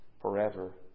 forever